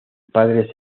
padres